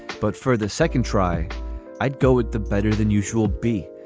but for the second try i'd go with the better than usual b.